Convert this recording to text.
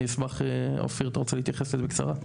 אני אשמח, אופיר אתה רוצה להתייחס לזה בקצרה?